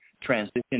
transition